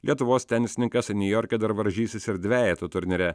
lietuvos tenisininkas niujorke dar varžysis ir dvejetų turnyre